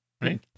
right